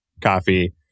coffee